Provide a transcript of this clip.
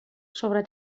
sobre